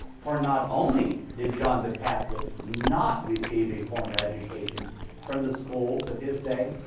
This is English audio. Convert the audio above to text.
for not only did john the baptist not receive a formal education from the schools of his day,